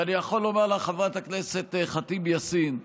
ואני יכול לומר לך, חברת הכנסת ח'טיב יאסין,